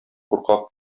куркак